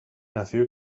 nació